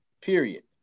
period